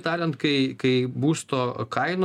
tariant kai kai būsto kainų